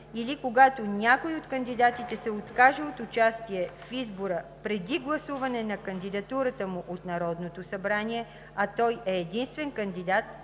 или когато някой от кандидатите се откаже от участие в избора преди гласуване на кандидатурата му от Народното събрание, а той е единствен кандидат,